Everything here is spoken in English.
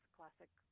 classic